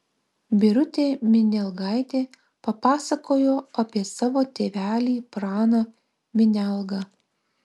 birutė minialgaitė papasakojo apie savo tėvelį praną minialgą